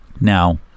Now